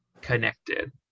connected